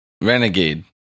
Renegade